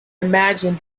imagine